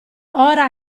ora